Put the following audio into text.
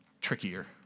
trickier